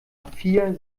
vier